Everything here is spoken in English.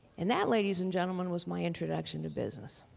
and that, ladies and gentlemen was my introduction to business.